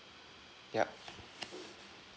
yup